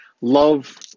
Love